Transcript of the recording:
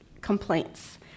complaints